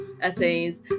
essays